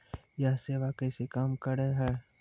यह सेवा कैसे काम करै है?